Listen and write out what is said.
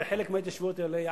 הרי חלק מההתיישבויות האלה ייעקר.